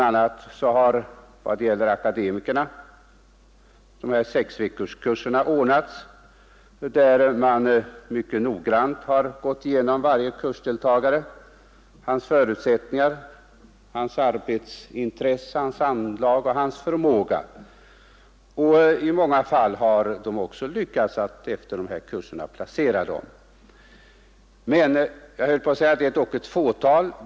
a. har vad beträffar akademiker sexveckorskurserna ordnats, där man mycket noggrant har gått igenom varje kursdeltagare, hans förutsättningar, hans arbetsintresse, hans handlag och hans förmåga, och det har i många fall lyckats att efter de här kurserna placera dem på rätt plats. Men det är dock ett fåtal, och.